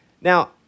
Now